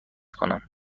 کنم